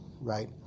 right